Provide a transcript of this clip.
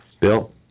Bill